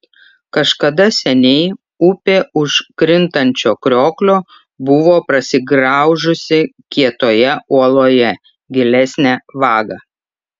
kažkada seniai upė už krintančio krioklio buvo prasigraužusi kietoje uoloje gilesnę vagą